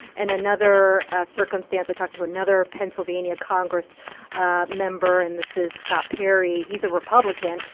and another circumstance i talked to another pennsylvania congress ah member, and this is scott perry. he's a republican.